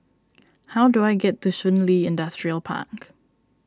how do I get to Shun Li Industrial Park